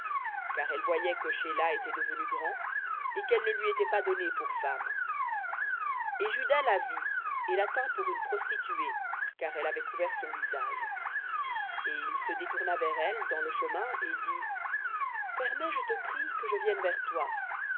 car elle voyait que shéla était devenu grand et qu'elle ne lui était pas donnée pour femme et juda la vit et la tint pour une prostituée car elle avait couvert son visage et il se détourna vers elle dans le chemin et dit permets je te prie que je vienne vers toi